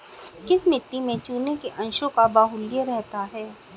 किस मिट्टी में चूने के अंशों का बाहुल्य रहता है?